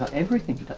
but everything but